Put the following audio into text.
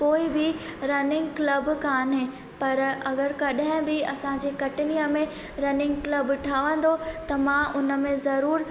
कोई बि running club कोन्हे पर अगरि कॾहिं बि असांजे कटनीअ में रनिंग क्लब ठहंदो त मां उन में ज़रूरु